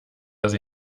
dass